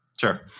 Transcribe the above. Sure